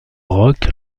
rock